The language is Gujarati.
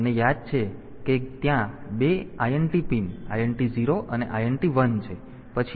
તેથી તમને યાદ છે કે ત્યાં 2 INT પિન INT 0 અને INT 1 છે